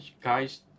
guys